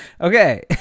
Okay